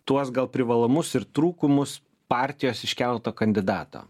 tuos gal privalumus ir trūkumus partijos iškelto kandidato